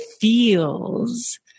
feels